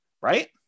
Right